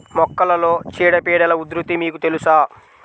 మొక్కలలో చీడపీడల ఉధృతి మీకు తెలుసా?